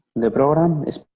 the program,